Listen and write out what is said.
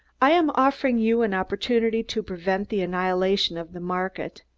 i am offering you an opportunity to prevent the annihilation of the market.